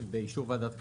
באישור ועדת כלכלה?